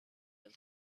will